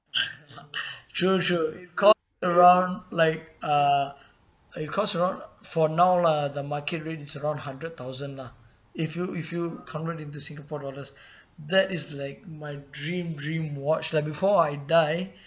true true it costs around like uh it costs around for now lah the market rate is around hundred thousand lah if you if you convert into singapore dollars that is like my dream dream watch like before I die